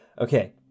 okay